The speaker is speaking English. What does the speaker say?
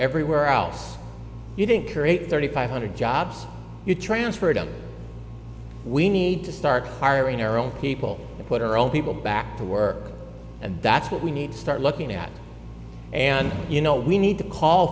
everywhere else you didn't create thirty five hundred jobs you transferred out we need to start hiring our own people and put our own people back to work and that's what we need to start looking at and you know we need to call